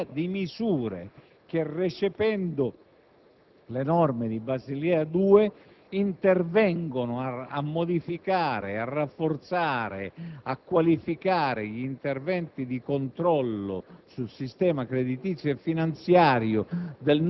come si fa a non riconoscere l'urgenza di misure che, recependo le norme di Basilea 2, intervengono a modificare, rafforzare e qualificare gli interventi di controllo